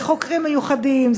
זה חוקרים מיוחדים,